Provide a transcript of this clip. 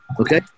okay